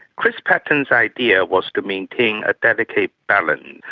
chris patten's idea was to maintain a delicate balance.